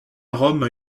rome